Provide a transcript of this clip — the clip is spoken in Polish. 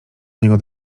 niego